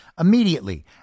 immediately